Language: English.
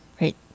Right